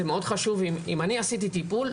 אם אני עשיתי טיפול,